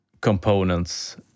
components